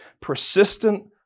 persistent